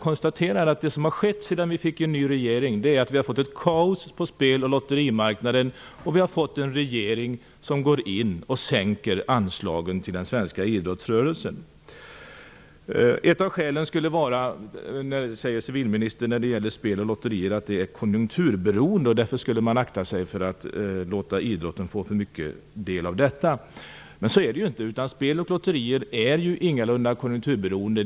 Vad som har skett sedan vi fick en ny regering är att vi har fått kaos på speloch lotterimarknaden, och vi har fått en regering som sänker anslagen till den svenska idrottsrörelsen. Civilministern säger att spel och lotterier är konjunkturberoende och att man därför skulle akta sig för att låta idrotten få för stor del av detta. Så är det ju inte. Spel och lotterier är inte konjunkturberoende.